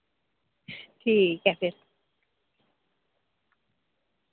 ठीक ऐ फिर